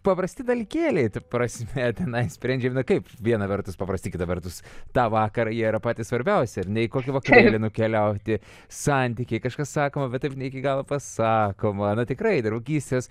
paprasti dalykėliai ta prasme tenai sprendžiami na kaip viena vertus paprasti kita vertus tą vakarą jie yra patys svarbiausi ar ne į kokį vakarėlį nukeliauti santykiai kažkas sakoma taip ne iki galo pasakoma na tikrai draugystės